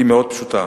היא מאוד פשוטה.